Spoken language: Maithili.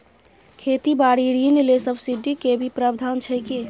खेती बारी ऋण ले सब्सिडी के भी प्रावधान छै कि?